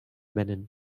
vénen